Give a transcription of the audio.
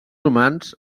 humans